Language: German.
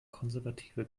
konservative